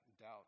doubt